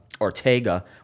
Ortega